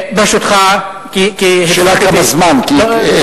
ברשותך, כי הפסיקו אותי.